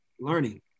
learning